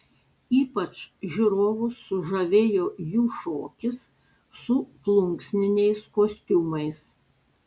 ypač žiūrovus sužavėjo jų šokis su plunksniniais kostiumais